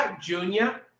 Junior